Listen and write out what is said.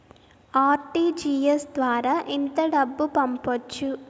RTGS ద్వారా ఎంత డబ్బు పంపొచ్చు?